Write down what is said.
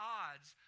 odds